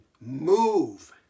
move